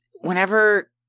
whenever